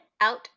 out